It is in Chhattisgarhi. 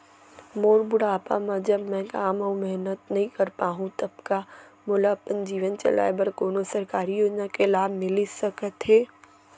मोर बुढ़ापा मा जब मैं काम अऊ मेहनत नई कर पाहू तब का मोला अपन जीवन चलाए बर कोनो सरकारी योजना के लाभ मिलिस सकत हे?